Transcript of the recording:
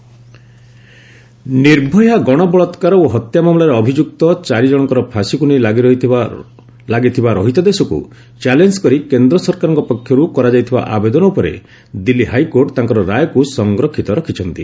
Nirbhaya case Nirbhaya ଗଣ ବଳାକ୍କାର ଓ ହତ୍ୟା ମାମଲାରେ ଅଭିଯୁକ୍ତ ଚାରିଜଣଙ୍କର ଫାଶୀକୁ ନେଇ ଲାଗିଥିବା ରହିତାଦେଶକୁ ଚାଲେଞ୍ଜ କରି କେନ୍ଦ୍ର ସରକାରଙ୍କ ପକ୍ଷରୁ କରାଯାଇଥିବା ଆବେଦନ ଉପରେ ଦିଲ୍ଲୀ ହାଇକୋର୍ଟ ତାଙ୍କର ରାୟକୁ ସଂରକ୍ଷିତ ରଖିଛନ୍ତି